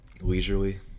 leisurely